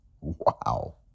Wow